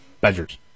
badgers